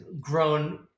grown